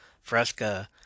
Fresca